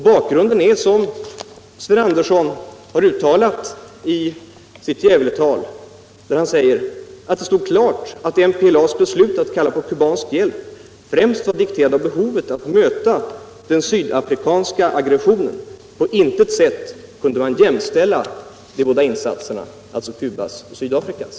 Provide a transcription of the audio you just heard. Bakgrunden är, som Sven Andersson uttalade i sitt Gävletal, att det stod klart att MPLA:s beslut att kalla på kubansk hjälp främst var dikterat av behovet att möta den sydafrikanska aggressionen. På intet sätt kunde man jämställa de båda insatserna — alltså Cubas och Sydafrikas.